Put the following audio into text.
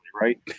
right